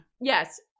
Yes